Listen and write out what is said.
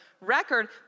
record